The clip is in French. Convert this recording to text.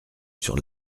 sur